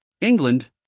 England